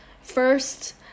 first